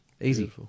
Easy